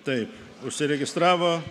taip užsiregistravo